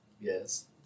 Yes